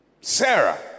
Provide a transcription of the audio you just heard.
Sarah